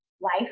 life